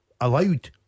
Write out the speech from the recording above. Allowed